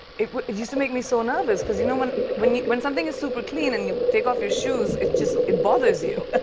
it it used to make me so nervous. cause, you know, when when when something is super clean and you take off your shoes, it just it bothers you.